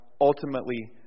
ultimately